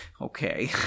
Okay